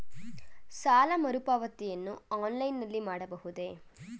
ಸಾಲ ಮರುಪಾವತಿಯನ್ನು ಆನ್ಲೈನ್ ನಲ್ಲಿ ಮಾಡಬಹುದೇ?